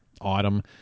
autumn